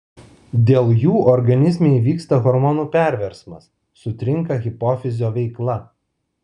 dėl jų organizme įvyksta hormonų perversmas sutrinka hipofizio veikla